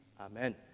amen